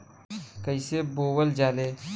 कईसे बोवल जाले?